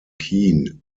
keene